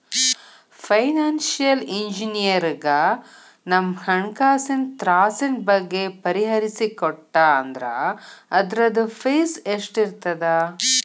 Financial ಇಂಜಿನಿಯರಗ ನಮ್ಹಣ್ಕಾಸಿನ್ ತ್ರಾಸಿನ್ ಬಗ್ಗೆ ಬಗಿಹರಿಸಿಕೊಟ್ಟಾ ಅಂದ್ರ ಅದ್ರ್ದ್ ಫೇಸ್ ಎಷ್ಟಿರ್ತದ?